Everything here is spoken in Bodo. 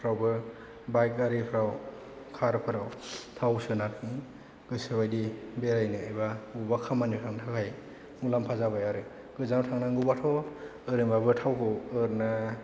फ्रावबो बाइक आरिफ्राव कारफोराव थाव सोनायनि गोसोबायदि बेरायनो एबा अबावबा खामानियाव थांनो थाखाय मुलाम्फा जाबाय आरो गोजानाव थांनांगौबाथ' ओरै माबा थावखौ ओरैनो